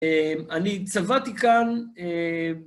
אני צבעתי כאן.